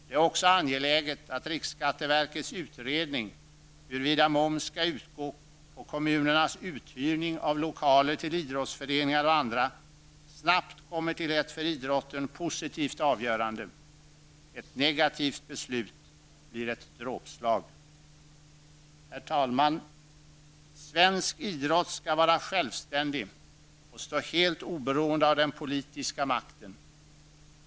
Det är också angeläget att riksskatteverkets utredning huruvida moms skall utgå på kommunernas uthyrning av lokaler till idrottsföreningar och andra snabbt kommer till ett för idrotten positivt avgörande. Ett negativt beslut blir ett dråpslag. Herr talman! Svensk idrott skall vara självständig och stå helt oberoende av den politiska makten.